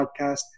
Podcast